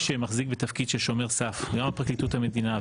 שמחזיק בתפקיד של שומר סף גם פרקליטות המדינה,